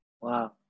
Wow